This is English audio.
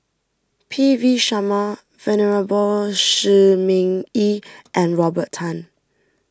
P V Sharma Venerable Shi Ming Yi and Robert Tan